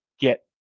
get